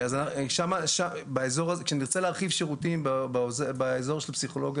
אז כשנרצה להרחיב שירותים באזור של הפסיכולוגיה